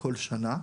כל שנה,